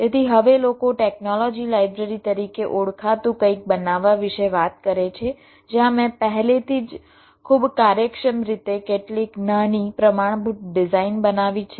તેથી હવે લોકો ટેકનોલોજી લાઇબ્રેરી તરીકે ઓળખાતું કંઈક બનાવવા વિશે વાત કરે છે જ્યાં મેં પહેલેથી જ ખૂબ કાર્યક્ષમ રીતે કેટલીક નાની પ્રમાણભૂત ડિઝાઇન બનાવી છે